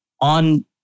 On